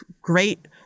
great